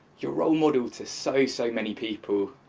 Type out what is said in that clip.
you're a role model to save so many people.